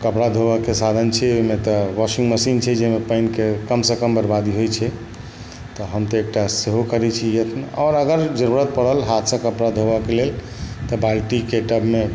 कपड़ा धोबयके छै साधन छै ओहिमे तऽ वाशिंगमशीन छै जाहिमे पानिके कमसँ कम बर्बादी होइत छै तऽ हम तऽ एकटा सेहो करैत छी यत्न आओर अगर जरूरत पड़ल हाथसँ कपड़ा धोबयके लेल तऽ बाल्टीकेँ टबमे